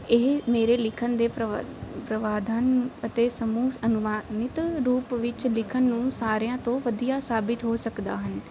ਇਹ ਮੇਰੇ ਲਿਖਣ ਦੇ ਪ੍ਰਵਾ ਪਰਵਾਧਨ ਅਤੇ ਸਮੂਹ ਅਨੁਮਾਨਿਤ ਰੂਪ ਵਿੱਚ ਲਿਖਣ ਨੂੰ ਸਾਰਿਆਂ ਤੋਂ ਵਧੀਆ ਸਾਬਿਤ ਹੋ ਸਕਦਾ ਹਨ